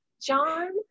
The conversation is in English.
John